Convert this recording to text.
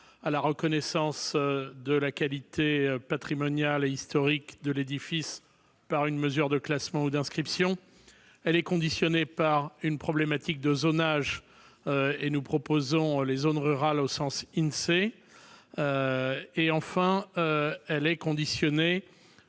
à la reconnaissance de la qualité patrimoniale et historique de l'édifice par une mesure de classement ou d'inscription. Elle est conditionnée par une problématique de zonage et nous proposons, dans ce cadre, de considérer les zones rurales au sens de l'Insee. Elle est conditionnée,